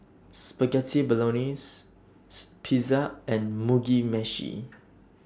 Spaghetti Bolognese Pizza and Mugi Meshi